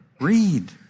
read